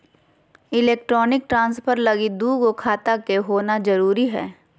electronic transfer लगी दू गो खाता के होना जरूरी हय